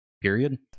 period